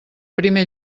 primer